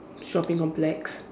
shopping complex